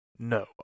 No